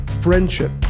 friendship